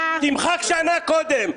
תמחק שנה קודם.